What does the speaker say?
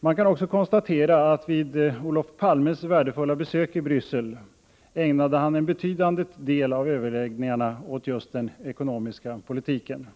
Man kan också konstatera att en betydande del av överläggningarna vid Olof Palmes värdefulla besök i Bryssel ägnades åt den ekonomiska politiken.